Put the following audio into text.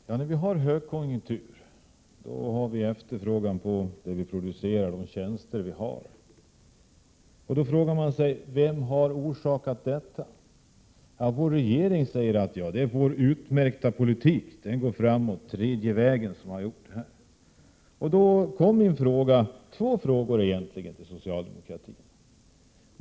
Fru talman! När vi har högkonjunktur har vi efterfrågan på det vi producerar och på de tjänster vi kan erbjuda. Då frågar man sig vem som har orsakat detta. Regeringen säger att det är vår utmärkta politik. Den går framåt, det är tredje vägens politik som uträttar detta. Jag har två frågor till socialdemokratin.